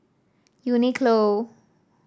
Uniqlo